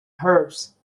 herbs